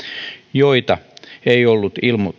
joista ei ollut